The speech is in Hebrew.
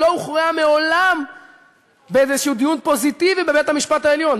היא לא הוכרעה מעולם באיזה דיון פוזיטיבי בבית-המשפט העליון.